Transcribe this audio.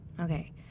Okay